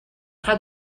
how